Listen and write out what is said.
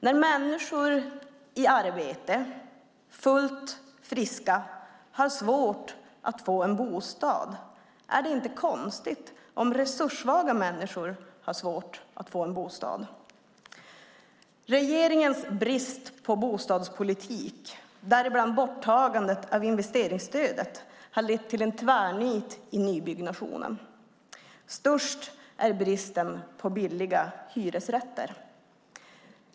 När människor i arbete fullt friska har svårt att få en bostad är det inte konstigt om resurssvaga människor har svårt att få en bostad. Regeringens brist på bostadspolitik, däribland borttagandet av investeringsstödet, har lett till en tvärnit i nybyggnationen. Störst är bristen på billiga hyresrätter.